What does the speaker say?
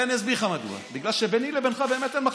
אני אסביר לך משהו בגלל שביני לבינך אין מחלוקת.